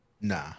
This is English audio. Nah